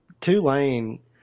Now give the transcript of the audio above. Tulane